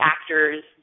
actors